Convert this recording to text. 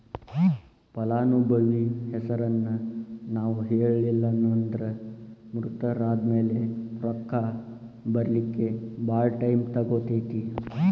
ಫಲಾನುಭವಿ ಹೆಸರನ್ನ ನಾವು ಹೇಳಿಲ್ಲನ್ದ್ರ ಮೃತರಾದ್ಮ್ಯಾಲೆ ರೊಕ್ಕ ಬರ್ಲಿಕ್ಕೆ ಭಾಳ್ ಟೈಮ್ ತಗೊತೇತಿ